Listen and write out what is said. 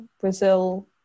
Brazil